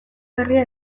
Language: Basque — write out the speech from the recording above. berria